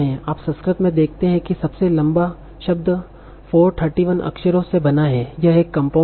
आप संस्कृत में देखते हैं कि सबसे लंबा शब्द 431 अक्षरों से बना है यह एक कंपाउंड है